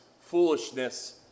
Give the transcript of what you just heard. foolishness